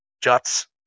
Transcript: juts